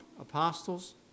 apostles